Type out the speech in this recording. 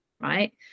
right